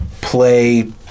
play